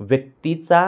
व्यक्तीचा